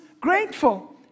grateful